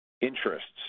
interests